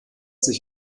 sich